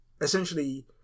essentially